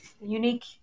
unique